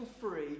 free